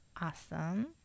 awesome